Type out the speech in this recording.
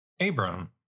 Abram